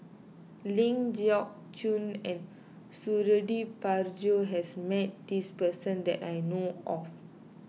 Ling Geok Choon and Suradi Parjo has met this person that I know of